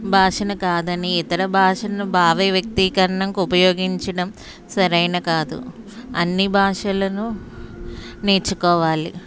భాషను కాదని ఇతర భాషను భావవ్యక్తీకరణకు ఉపయోగించడం సరైనది కాదు అన్నీ భాషలను నేర్చుకోవాలి